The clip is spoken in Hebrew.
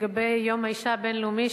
לגבי יום האשה הבין-לאומי,